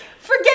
Forget